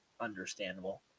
understandable